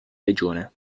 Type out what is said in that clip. legione